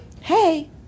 Hey